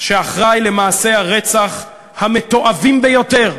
שאחראי למעשי הרצח המתועבים ביותר.